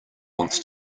wants